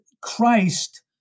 Christ